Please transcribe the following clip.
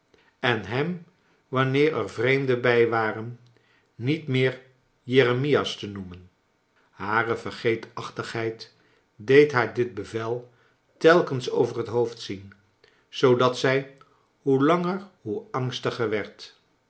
en hem wanneer er vreemden bij waren niet meer jeremias te noemen hare vergeetachtigheid deed haar dit bevel telkens over het hoofd zien zoodat zij hoe laager hoe angstiger werd